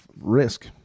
risk